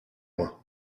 loin